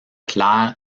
claire